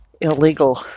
illegal